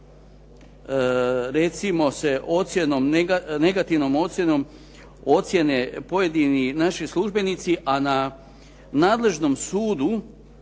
recimo se negativnom ocjenom ocijene pojedini naši službenici a na nadležnom sudu